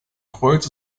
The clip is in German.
kreuz